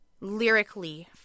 lyrically